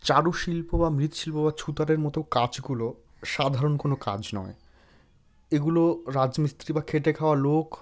চারুশিল্প বা মৃৎশিল্প বা ছুতারের মতো কাজগুলো সাধারণ কোনো কাজ নয় এগুলো রাজমিস্ত্রি বা খেটে খাওয়া লোক